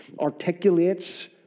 articulates